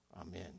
amen